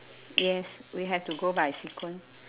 yes we have to go by sequence